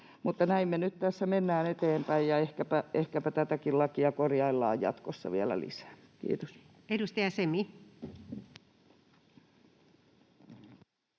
Näin me nyt tässä mennään eteenpäin, ja ehkäpä tätäkin lakia korjaillaan jatkossa vielä lisää. — Kiitos. [Speech